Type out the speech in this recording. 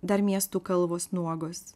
dar miestų kalvos nuogos